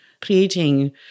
creating